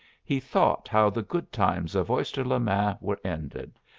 he thought how the good times of oyster-le-main were ended,